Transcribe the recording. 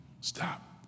Stop